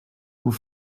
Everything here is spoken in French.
vous